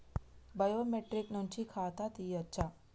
Biometric నుంచి ఖాతా తీయచ్చా?